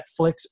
Netflix